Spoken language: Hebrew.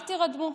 אל תירדמו.